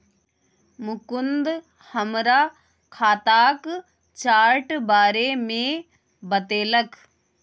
मुकुंद हमरा खाताक चार्ट बारे मे बतेलक